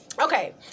Okay